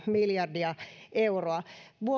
miljardia euroa